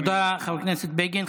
תודה, חבר הכנסת בגין.